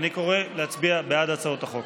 אני קורא להצביע בעד הצעות החוק.